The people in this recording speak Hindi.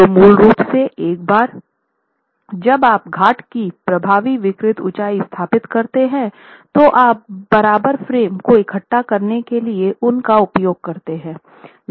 तो मूल रूप से एक बार जब आप घाट की प्रभावी विकृत ऊँचाई स्थापित करते हैं तो आप बराबर फ्रेम को इकट्ठा करने के लिए उन का उपयोग करते हैं